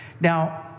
Now